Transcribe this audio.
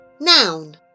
Noun